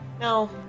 No